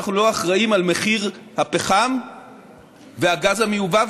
אנחנו לא אחראים למחיר הפחם והגז המיובא,